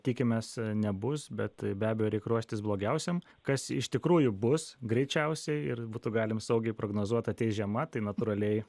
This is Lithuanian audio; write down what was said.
tikimės nebus bet be abejo reik ruoštis blogiausiam kas iš tikrųjų bus greičiausiai ir būtų galim saugiai prognozuot ateis žiema tai natūraliai